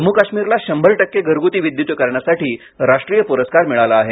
जम्मू काश्मीरला शंभर टक्के घरगुती विद्युतीकरणासाठी राष्ट्रीय पुरस्कार पुरस्कार मिळाला आहे